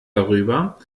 darüber